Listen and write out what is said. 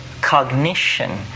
cognition